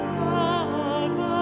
come